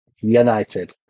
United